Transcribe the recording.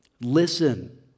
Listen